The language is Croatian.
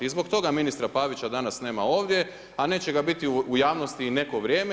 I zbog toga ministra Pavića danas nema ovdje, a neće ga biti u javnosti i neko vrijeme.